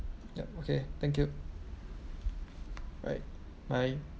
yup okay thank you alright bye